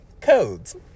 codes